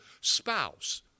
spouse